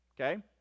Okay